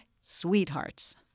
Sweethearts